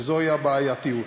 וזוהי הבעייתיות.